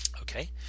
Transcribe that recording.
Okay